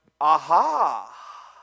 aha